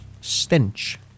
stench